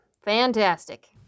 Fantastic